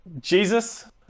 Jesus